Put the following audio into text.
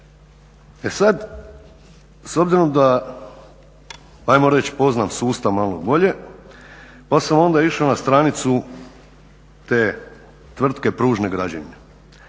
E sad s obzirom da, ajmo reći, poznajem sustav malo bolje pa sam onda išao na stranicu te tvrtke Pružne građevine